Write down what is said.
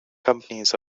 companies